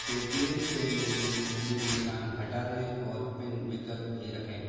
Paytm से मेरी उंगली निशान हटा दें और पिन विकल्प ही रखें